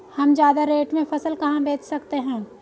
हम ज्यादा रेट में फसल कहाँ बेच सकते हैं?